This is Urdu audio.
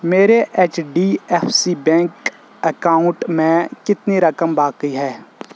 میرے H D F C bank account میں کتنی رقم باقی ہے